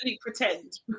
pretend